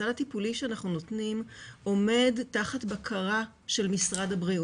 הסל הטיפולי שאנחנו נותנים עומד תחת בקרה של משרד הבריאות.